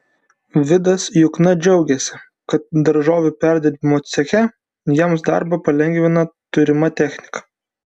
vidas jukna džiaugiasi kad daržovių perdirbimo ceche jiems darbą palengvina turima technika